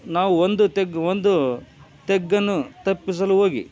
ನಾವು ಒಂದು ತಗ್ಗು ಒಂದು ತಗ್ಗನ್ನು ತಪ್ಪಿಸಲು ಹೋಗಿ